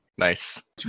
Nice